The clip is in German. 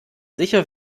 sicher